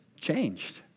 changed